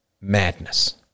madness